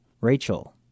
Rachel